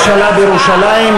ממשלה בירושלים.